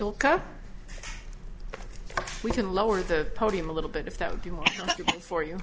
come we can lower the podium a little bit if that would be good for you